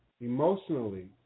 emotionally